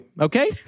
Okay